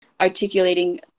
articulating